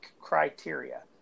criteria